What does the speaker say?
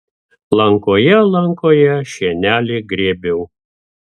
lankoje lankoje šienelį grėbiau